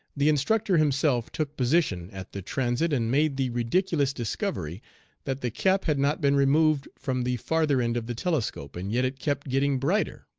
the instructor himself took position at the transit, and made the ridiculous discovery that the cap had not been removed from the farther end of the telescope, and yet it kept getting brighter.